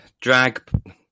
drag